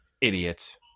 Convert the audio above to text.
idiots